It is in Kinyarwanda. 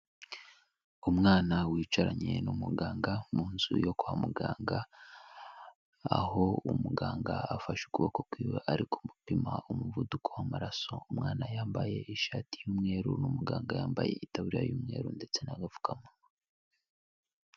Umwana wicaranye n'umuganga mu nzu yo kwa muganga, aho umuganga afashe ukuboko kw'iwe ari kumugupima umuvuduko w'amaraso, umwana yambaye ishati y'umweru n'umuganga yambaye itaburiya y'umweru ndetse n'agapfukamunwa.